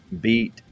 beat